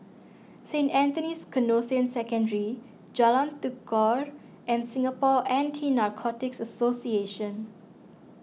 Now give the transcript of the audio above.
Saint Anthony's Canossian Secondary Jalan Tekukor and Singapore Anti Narcotics Association